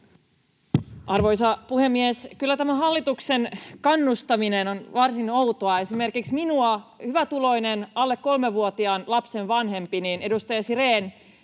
Arvoisa puhemies! Kyllä tämä hallituksen kannustaminen on varsin outoa. Esimerkiksi minua — hyvätuloinen, alle kolmevuotiaan lapsen vanhempi —, edustaja Sirén,